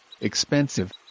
Expensive